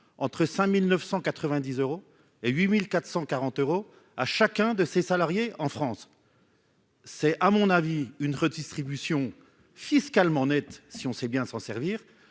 entre 5990 euros et 8440 euros à chacun de ses salariés en France. C'est à mon avis une redistribution fiscalement Net si on sait bien s'en servir,